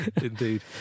indeed